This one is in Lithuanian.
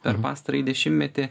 per pastarąjį dešimtmetį